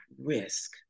risk